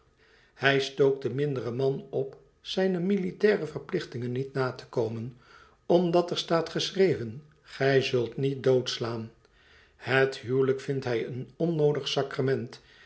hij stookt den minderen man op zijne militaire verplichtingen niet na te komen omdat er staat geschreven gij zult niet dood slaan het huwelijk vindt hij een onnoodig sacrement